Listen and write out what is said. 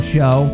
Show